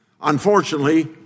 Unfortunately